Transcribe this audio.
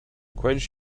quench